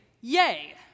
yay